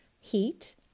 heat